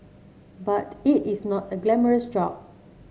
but it is not a glamorous job